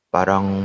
Parang